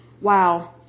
Wow